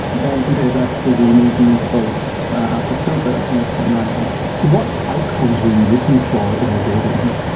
and compare that to the median interval after stillbirth and that's about nine months. so what outcomes were you looking for in the babies?